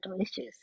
issues